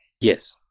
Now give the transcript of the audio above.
Yes